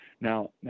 now